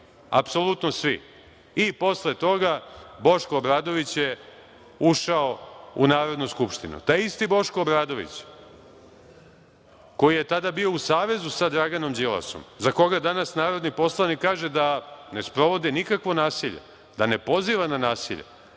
apsolutno svi i posle toga Boško Obradović je ušao u Narodnu skupštinu. Taj isti Boško Obradović, koji je tada bio u savezu sa Draganom Đilasom, za koga danas narodni poslanik kaže da ne sprovode nikakvo nasilje, da ne poziva na nasilje,